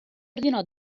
ordinò